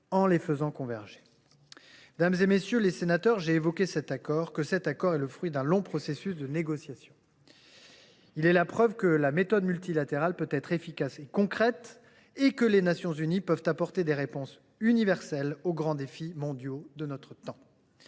en les faisant converger. Mesdames, messieurs les sénateurs, j’ai rappelé qu’il était le fruit d’un long processus de négociation. Il prouve que la méthode multilatérale peut être efficace et concrète, mais aussi que les Nations unies peuvent apporter des réponses universelles aux grands défis mondiaux de notre temps.